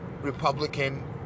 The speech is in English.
Republican